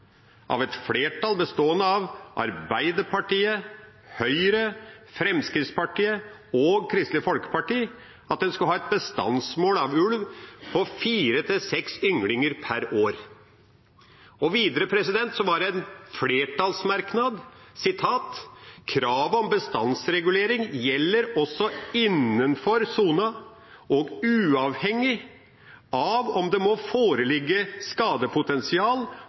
av et flertall bestående av Arbeiderpartiet, Høyre, Fremskrittspartiet og Kristelig Folkeparti om at en skulle ha et bestandsmål av ulv på fire–seks ynglinger per år. Og det het i en flertallsmerknad: «Kravet om bestandsregulering gjelder også innenfor sona og uavhengig av at det må foreligge skadepotensial